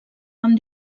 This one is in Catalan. amb